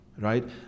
Right